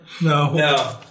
No